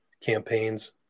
campaigns